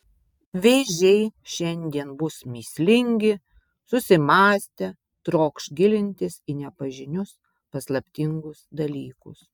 vėžiai šiandien bus mįslingi susimąstę trokš gilintis į nepažinius paslaptingus dalykus